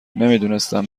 نمیدونستم